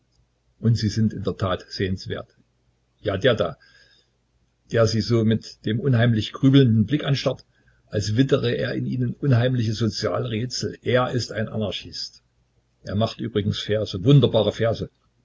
und sie sind in der tat sehenswert ja der da der sie so mit dem unheimlichen grübelnden blick anstarrt als wittre er in ihnen unheimliche soziale rätsel er ist ein anarchist er macht übrigens verse wunderbare verse